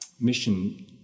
mission